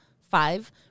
Five